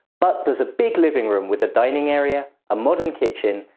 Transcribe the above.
but there's a big living room with a dining area, a modern kitchen,